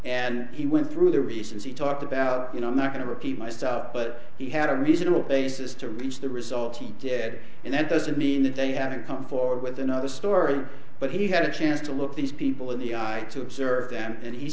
and he went through the reasons he talked about you know i'm not going to repeat myself but he had a reasonable basis to reach the result he did and that doesn't mean that they haven't come forward with another story but he had a chance to look these people in the eye to observe them and he